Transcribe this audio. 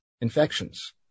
infections